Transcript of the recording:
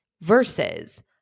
versus